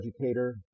educator